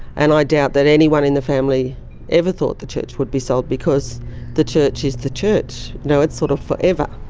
and i doubt that anyone in the family ever thought the church would be sold because the church is the church, you know, it's sort of forever.